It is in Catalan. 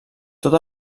tot